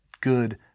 good